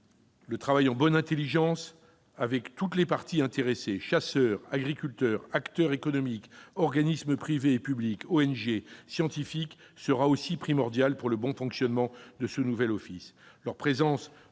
Le travail en bonne intelligence avec toutes les parties intéressées- chasseurs, agriculteurs, acteurs économiques, organismes privés et publics, ONG, scientifiques -sera également primordial pour le bon fonctionnement de ce nouvel office.